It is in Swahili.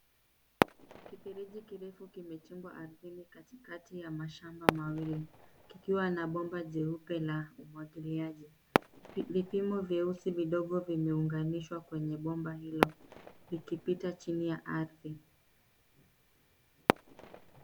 Kirefeji kirefu kimejengwa ardhini katikati ya mashamba mawili kikiwa na bomba jeupe la umwagiliaji. Vipimo vyeusi vidogo vimeunganishwa kwenye bomba hilo likipita chini ya ardhi.